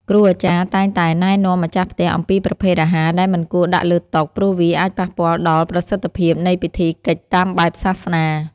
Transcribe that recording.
គ្រូអាចារ្យតែងតែណែនាំម្ចាស់ផ្ទះអំពីប្រភេទអាហារដែលមិនគួរដាក់លើតុ ព្រោះវាអាចប៉ះពាល់ដល់ប្រសិទ្ធភាពនៃពិធីកិច្ចតាមបែបសាសនា។